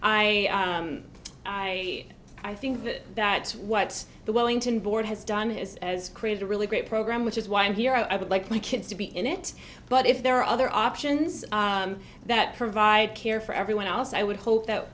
i i i think that that what the wellington board has done is as created a really great program which is why i'm here i would like my kids to be in it but if there are other options that provide care for everyone else i would hope that